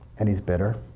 and he's bitter,